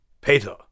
Peter